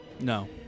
No